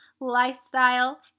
lifestyle